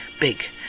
big